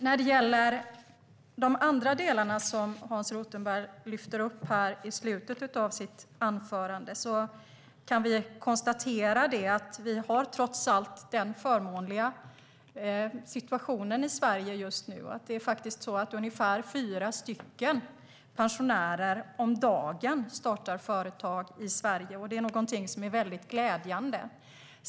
När det gäller de delar Hans Rothenberg lyfte fram i slutet av sitt senaste inlägg kan vi konstatera att vi trots allt just nu har den förmånliga situationen att ungefär fyra pensionärer om dagen faktiskt startar företag i Sverige. Det är väldigt glädjande.